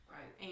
Right